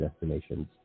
destination's